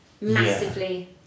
Massively